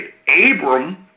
Abram